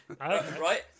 Right